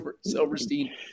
Silverstein